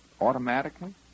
automatically